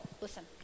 Listen